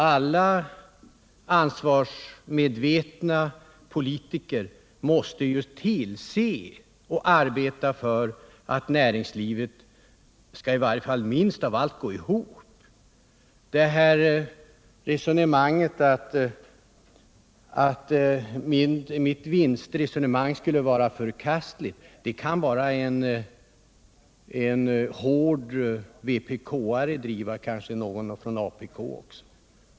Alla ansvarsmedvetna politiker måste ju arbeta för och tillse att näringslivet åtminstone går ihop. Den linjen att mitt vinstresonemang skulle vara förkastligt kan bara en hård vpk-are driva — kanske också någon från apk.